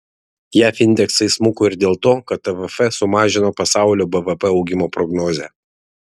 jav indeksai smuko ir dėl to kad tvf sumažino pasaulio bvp augimo prognozę